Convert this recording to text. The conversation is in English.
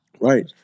right